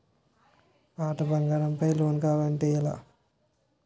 పాత బంగారం పై లోన్ కావాలి అంటే ఎలా?